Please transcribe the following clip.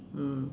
mm